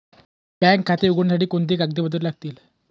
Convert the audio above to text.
Bank खाते उघडण्यासाठी कोणती कागदपत्रे लागतील?